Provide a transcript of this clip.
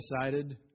decided